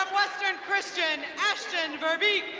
western christian, ashtyn veerbeek.